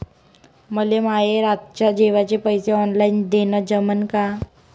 मले माये रातच्या जेवाचे पैसे ऑनलाईन देणं जमन का?